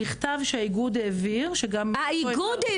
מכתב שהאיגוד העביר ---- האיגוד?